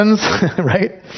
right